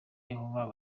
yehova